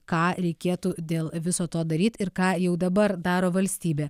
ką reikėtų dėl viso to daryt ir ką jau dabar daro valstybė